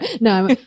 No